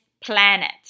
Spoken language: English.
planet